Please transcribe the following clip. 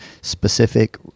specific